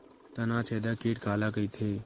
तनाछेदक कीट काला कइथे?